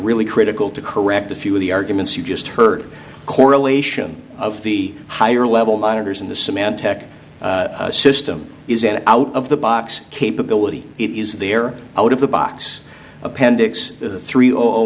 really critical to correct a few of the arguments you just heard correlation of the higher level monitors in the symantec system is an out of the box capability it is the air out of the box appendix three